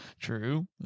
True